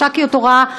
מש"קיות הוראה,